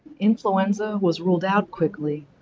influenza was ruled out quickly,